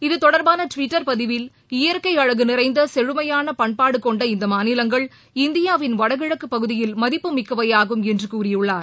இத்தொடர்பான ட்விட்டர் பதிவில் இயற்கை அழகு நிறைந்த செழுமையான பண்பாடு கொண்ட இந்த மாநிலங்கள் இந்தியாவின் வடகிழக்கு பகுதியில் மதிப்புமிக்கவையாகும் என்று கூறியுள்ளார்